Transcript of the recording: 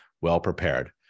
well-prepared